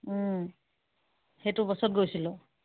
সেইটো বছৰত গৈছিলোঁ